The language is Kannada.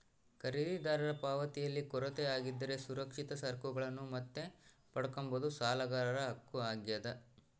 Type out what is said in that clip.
ಖರೀದಿದಾರರ ಪಾವತಿಯಲ್ಲಿ ಕೊರತೆ ಆಗಿದ್ದರೆ ಸುರಕ್ಷಿತ ಸರಕುಗಳನ್ನು ಮತ್ತೆ ಪಡ್ಕಂಬದು ಸಾಲಗಾರರ ಹಕ್ಕು ಆಗ್ಯಾದ